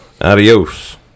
Adios